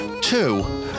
Two